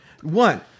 One